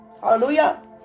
Hallelujah